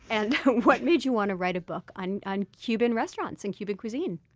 and what made you want to write a book on on cuban restaurants and cuban cuisine?